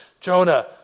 Jonah